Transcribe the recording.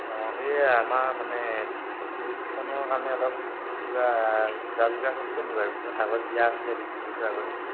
অঁ এই আমাৰ মানে ফিল্ডখনৰ কাৰণে অলপ কিবা যা যোগাৰ চলিছে নি বাৰু কিবা কাগজ ক্লিয়াৰ আছিলে দুই তিনি বছৰ আগতেই